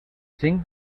cinc